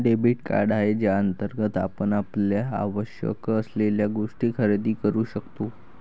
debit card आहे ज्याअंतर्गत आपण आपल्याला आवश्यक असलेल्या गोष्टी खरेदी करू शकतो